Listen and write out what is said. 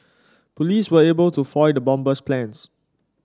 police were able to foil the bomber's plans